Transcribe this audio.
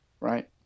right